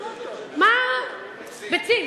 ביצים.